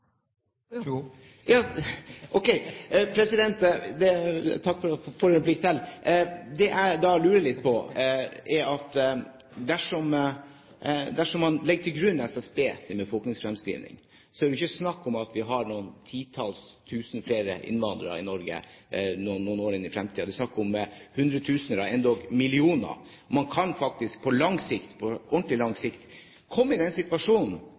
Det jeg lurer litt på, er: Dersom man legger til grunn SSBs befolkningsfremskrivning, er det jo ikke snakk om at vi har noen titalls tusen flere innvandrere i Norge noen år inn i fremtiden. Det er snakk om hundre tusener, ja endog millioner. Man kan faktisk på lang sikt – på ordentlig lang sikt – komme i den situasjonen